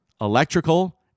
electrical